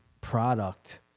product